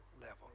level